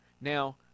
now